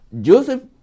Joseph